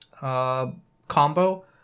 combo